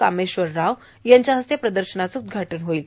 कामेश्वर राव यांच्या हस्ते प्रदर्शनाचं उद्घाटन होणार आहे